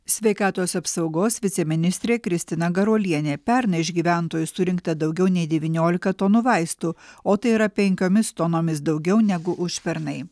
sveikatos apsaugos viceministrė kristina garuolienė pernai iš gyventojų surinkta daugiau nei devyniolika tonų vaistų o tai yra penkiomis tonomis daugiau negu užpernai